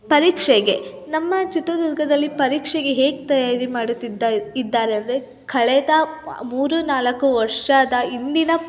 ಪರೀಕ್ಷೆಗೆ ನಮ್ಮ ಚಿತ್ರದುರ್ಗದಲ್ಲಿ ಪರೀಕ್ಷೆಗೆ ಹೇಗೆ ತಯಾರಿ ಮಾಡುತ್ತಿದ್ದ ಇದ್ದಾರೆ ಅಂದರೆ ಕಳೆದ ಮೂರು ನಾಲ್ಕು ವರ್ಷದ ಇಂದಿನ